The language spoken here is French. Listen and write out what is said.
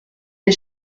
des